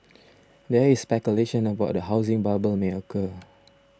there is speculation about a housing bubble may occur